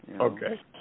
Okay